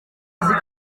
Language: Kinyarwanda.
azi